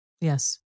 Yes